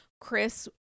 Chris